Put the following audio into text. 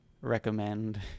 recommend